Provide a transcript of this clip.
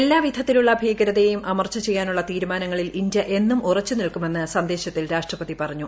എല്ലാ വിധത്തിലുള്ള ഭീകരതയെയും അമർച്ച ചെയ്യാനുളള തീരുമാനങ്ങളിൽ ഇന്ത്യ എന്നും ഉറച്ചു നിൽക്കുമെന്ന് സന്ദേശത്തിൽ രാഷ്ട്രപതി പറഞ്ഞു